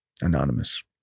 Anonymous